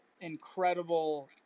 incredible